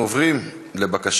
אנחנו עוברים לבקשת